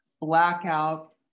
Blackout